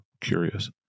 curious